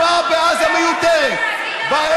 כשאין מה להגיד על החוק, חקירה חדשה.